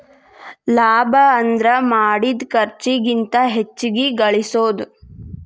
ಲಾಭ ಅಂದ್ರ ಮಾಡಿದ್ ಖರ್ಚಿಗಿಂತ ಹೆಚ್ಚಿಗಿ ಗಳಸೋದು